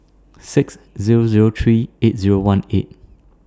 six Zero Zero three eight Zero one eight